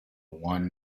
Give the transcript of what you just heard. one